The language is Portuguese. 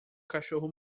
cachorro